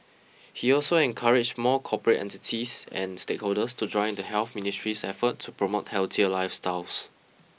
he also encouraged more corporate entities and stakeholders to join in the Health Ministry's effort to promote healthier lifestyles